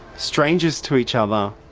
strangers to each other,